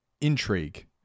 intrigue